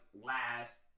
last